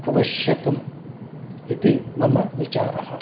आवश्यकम् इति मम विचारः